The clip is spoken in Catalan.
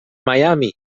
miami